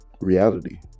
reality